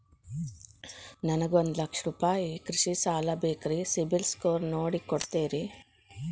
ನನಗೊಂದ ಲಕ್ಷ ರೂಪಾಯಿ ಕೃಷಿ ಸಾಲ ಬೇಕ್ರಿ ಸಿಬಿಲ್ ಸ್ಕೋರ್ ನೋಡಿ ಕೊಡ್ತೇರಿ?